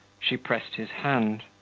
she pressed his hand.